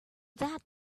that